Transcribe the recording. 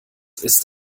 ist